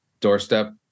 doorstep